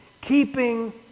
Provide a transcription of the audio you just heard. keeping